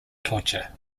torture